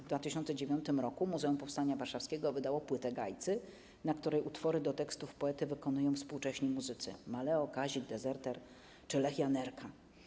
W 2009 r. Muzeum Powstania Warszawskiego wydało płytę ˝Gajcy˝, na której utwory do tekstów poety wykonują współcześni muzycy: Maleo, Kazik, Dezerter czy Lech Janerka.